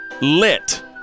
lit